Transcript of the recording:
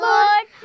Lord